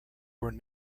were